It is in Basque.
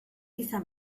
izan